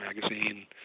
magazine